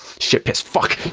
shitpissfuck!